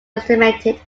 estimated